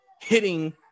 hitting